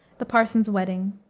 the parson's wedding,